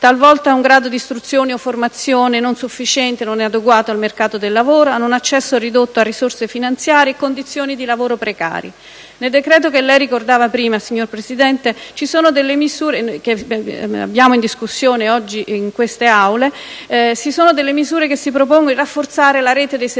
hanno un grado di istruzione o una formazione non sufficiente e non adeguata al mercato del lavoro, hanno un accesso ridotto a risorse finanziarie e condizioni di lavoro precario. Nel decreto che lei ha ricordato prima, signor Presidente, e che è in discussione in quest'Aula, ci sono misure che si propongono di rafforzare la rete dei servizi